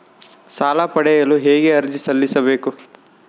ಸಾಲ ಪಡೆಯಲು ಹೇಗೆ ಅರ್ಜಿ ಸಲ್ಲಿಸಬೇಕು?